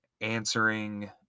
answering